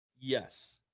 Yes